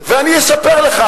ואני אספר לך,